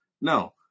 No